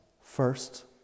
first